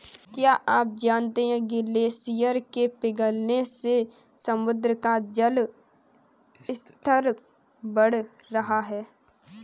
क्या आप जानते है ग्लेशियर के पिघलने से समुद्र का जल स्तर बढ़ रहा है?